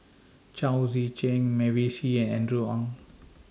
Chao Tzee Cheng Mavis Hee and Andrew Ang